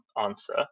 answer